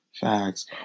Facts